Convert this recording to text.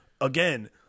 again